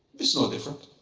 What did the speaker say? it's no different.